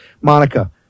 monica